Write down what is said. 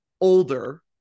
older